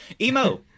Emo